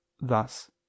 thus